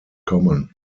common